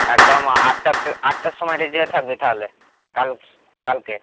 একদম আটটা স আটটার সময় রেডি হয়ে থাকবি তাহলে কাল কালকে